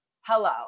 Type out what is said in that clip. Hello